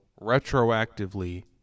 retroactively